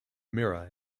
mirror